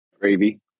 Gravy